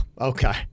Okay